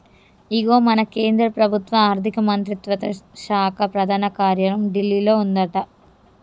ఇగో మన కేంద్ర ప్రభుత్వ ఆర్థిక మంత్రిత్వ శాఖ ప్రధాన కార్యాలయం ఢిల్లీలో ఉందట